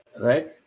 Right